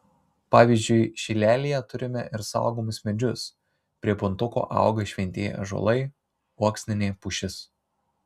pavyzdžiui šilelyje turime ir saugomus medžius prie puntuko auga šventieji ąžuolai uoksinė pušis